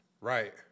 Right